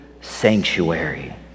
sanctuary